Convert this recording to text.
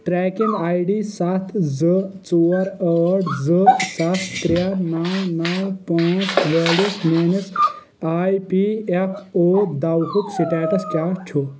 tracking I D ستھ زٕ ژور ٲٹھ زٕ ستھ ترٛےٚ نو نو پانٛژھ وٲلِس میٲنِس آی پی ایف او دوہُک سٹیٹس کیٛاہ چھُ